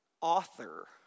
author